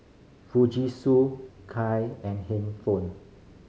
Fujisu Kai and hand phone